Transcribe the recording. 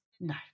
No